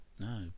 No